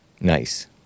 Nice